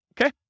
okay